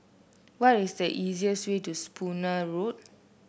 what is the easiest way to Spooner Road